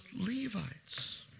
Levites